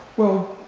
well,